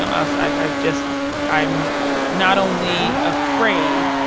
know, i was like, i'm just i'm not only afraid.